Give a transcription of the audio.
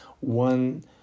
one